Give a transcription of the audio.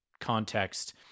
context